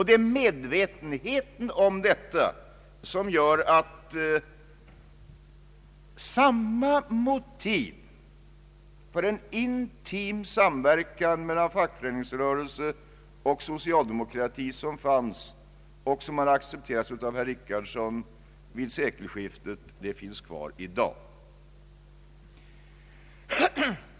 Det är medvetenheten om detta som gör att samma motiv för en intim samverkan mellan fackföreningsrörelsen och socialdemokratin som fanns vid sekelskiftet, och som har accepterats av herr Richardson, finns kvar i dag.